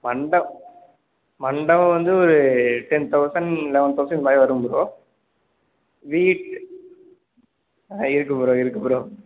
மண்டவ் மண்டபம் வந்து ஒரு டென் தௌசண்ட் லெவன் தௌசண்ட் இது மாதிரி வரும் ப்ரோ வீட் ஆ இருக்குது ப்ரோ இருக்குது ப்ரோ